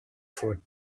for